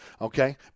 okay